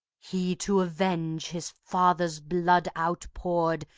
he, to avenge his father's blood outpoured,